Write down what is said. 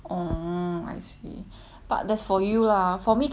but that's for you lah for me cannot lah cause my one is like